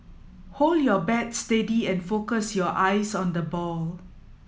hold your bat steady and focus your eyes on the ball